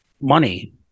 money